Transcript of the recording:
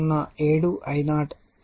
707I0∠450 అవుతుంది